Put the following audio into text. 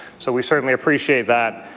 so we certainly appreciate that.